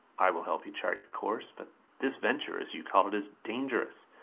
i will help you chart your course. but this venture, as you call it, is dangerous.